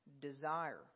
desire